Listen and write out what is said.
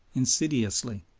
insidiously,